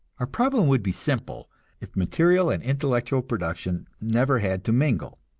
our problem would be simple if material and intellectual production never had to mingle.